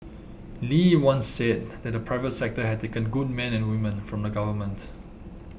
Lee once said that the private sector had taken good men and women from the government